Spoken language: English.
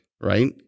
right